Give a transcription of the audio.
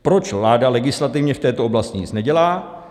Proč vláda legislativně v této oblasti nic nedělá?